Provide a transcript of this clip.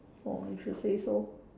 oh if you say so